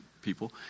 People